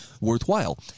worthwhile